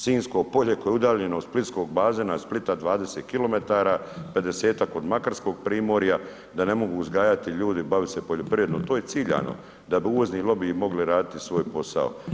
Sinjsko polje koje je udaljeno od splitskog bazena i Splita 20 km, 50-ak od makarskog primorja, da ne mogu uzgajati ljudi i bavit se poljoprivredom, to je ciljano, da bi uvozni lobiji mogli raditi svoj posao.